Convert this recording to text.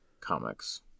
comics